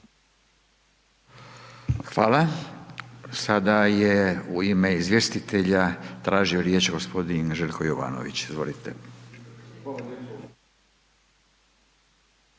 Hvala. Sada je u ime izvjestitelja tražio riječ g. Željko Jovanović, izvolite.